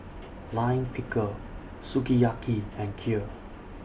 Lime Pickle Sukiyaki and Kheer